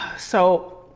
so,